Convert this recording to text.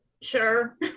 sure